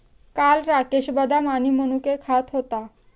काल राकेश बदाम आणि मनुके खात होता